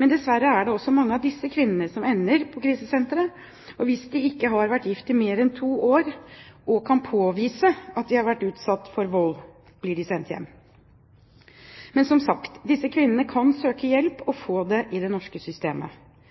Men dessverre er det også mange av disse kvinnene som ender på krisesenteret, og hvis de ikke har vært gift i mer enn to år og kan påvise at de har vært utsatt for vold, blir de sendt hjem igjen. Men, som sagt, disse kvinnene kan søke hjelp og få det i det norske systemet.